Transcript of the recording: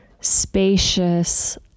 spacious